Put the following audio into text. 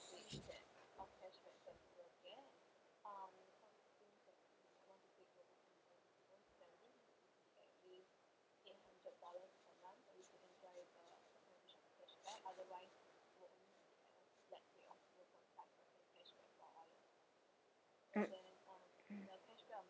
mm